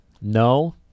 No